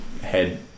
head